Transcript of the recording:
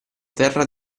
terra